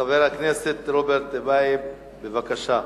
חבר הכנסת רוברט טיבייב, בבקשה.